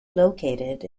located